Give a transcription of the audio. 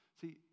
See